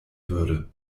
würde